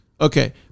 Okay